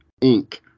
Inc